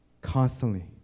constantly